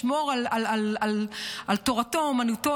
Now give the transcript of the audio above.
לשמור על "תורתו אומנותו",